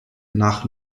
nach